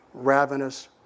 ravenous